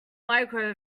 mirco